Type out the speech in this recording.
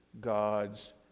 God's